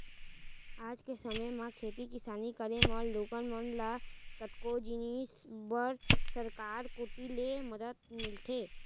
आज के समे म खेती किसानी करे म लोगन मन ल कतको जिनिस बर सरकार कोती ले मदद मिलथे